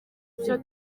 byo